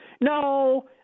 no